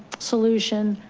solution.